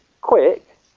quick